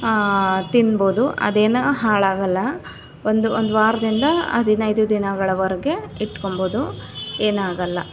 ತಿನ್ಬೋದು ಅದೇನು ಹಾಳಾಗಲ್ಲ ಒಂದು ಒಂದು ವಾರದಿಂದ ಹದಿನೈದು ದಿನಗಳವರೆಗೆ ಇಟ್ಕೊಳ್ಬೋದು ಏನಾಗಲ್ಲ